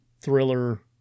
thriller